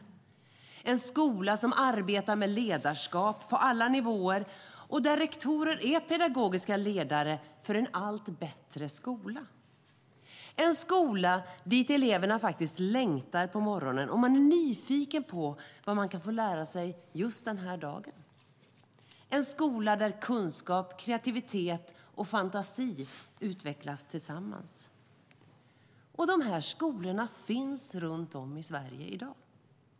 Det är en skola som arbetar med ledarskap på alla nivåer, och där rektorer är pedagogiska ledare för en allt bättre skola. Det är en skola dit eleverna faktiskt längtar på morgonen. Man är nyfiken på vad man kan få lära sig just den här dagen. Det är en skola där kunskap, kreativitet och fantasi utvecklas tillsammans. De här skolorna finns runt om i Sverige i dag.